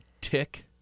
tick